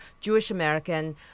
Jewish-American